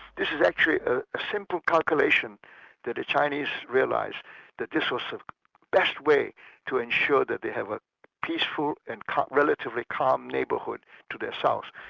this is actually ah a simple calculation that the chinese realised that this was the best way to ensure that they have a peaceful and relatively calm neighbourhood to their south.